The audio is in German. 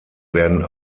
werden